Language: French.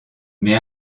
mais